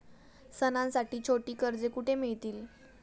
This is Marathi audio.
सणांसाठी छोटी कर्जे कुठे मिळतील?